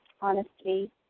honesty